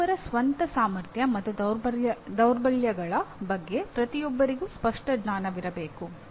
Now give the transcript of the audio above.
ಪ್ರತಿಯೊಬ್ಬರ ಸ್ವಂತ ಸಾಮರ್ಥ್ಯ ಮತ್ತು ದೌರ್ಬಲ್ಯಗಳ ಬಗ್ಗೆ ಪ್ರತಿಯೊಬ್ಬರಿಗೂ ಸ್ಪಷ್ಟ ಜ್ಞಾನವಿರಬೇಕು